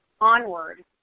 Onward